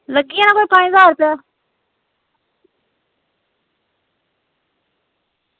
लग्गी जाना कोई पंज ज्हार रपेआ